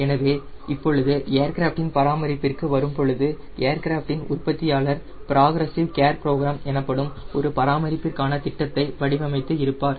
எனவே இப்பொழுது ஏர்கிராஃப்டின் பராமரிப்பிற்கு வரும்பொழுது ஏர்கிராஃப்டின் உற்பத்தியாளர் பிராக்ரசிவ் கேர் ப்ரோக்ராம் எனப்படும் ஒரு பராமரிப்பிற்கான திட்டத்தை வடிவமைத்து இருப்பார்